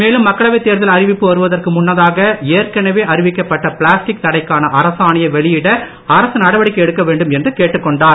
மேலும் மக்களவைத் தேர்தல் அறிவிப்பு வருவதற்கு முன்னதானது ஏற்கனவே அறிவிக்கப்பட்ட பிளாஸ்டிக் தடைக்கால அரசாணையை வெளியிட அரசு நடவடிக்கை எடுக்க வேண்டும் என்று கேட்டுக் கொண்டார்